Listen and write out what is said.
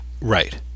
right